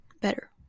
better